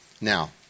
Now